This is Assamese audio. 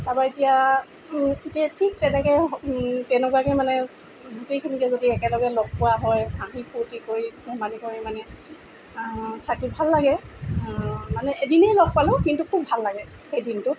তাৰপৰা এতিয়া এতিয়া ঠিক তেনেকৈ তেনেকুৱাকৈ মানে গোটেইখিনিকে যদি একেলগে লগ পোৱা হয় হাঁহি ফূৰ্তি কৰি ধেমালি কৰি মানে থাকি ভাল লাগে মানে এদিনেই লগ পালোঁ কিন্তু খুব ভাল লাগে সেইদিনটো